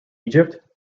egypt